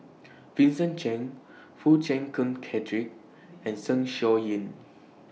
Vincent Cheng Foo Chee Keng Cedric and Zeng Shouyin